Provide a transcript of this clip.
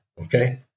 okay